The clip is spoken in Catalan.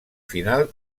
final